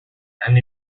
and